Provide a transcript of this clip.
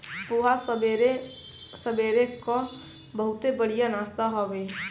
पोहा सबेरे सबेरे कअ बहुते बढ़िया नाश्ता हवे